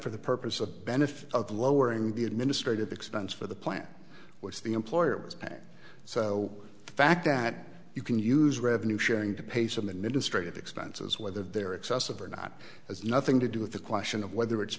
for the purpose of benefit of lowering the administrative expense for the plant which the employer was and so the fact that you can use revenue sharing to pay some administrative expenses whether they're excessive or not as nothing to do with the question of whether it's